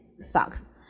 sucks